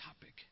topic